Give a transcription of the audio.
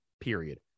period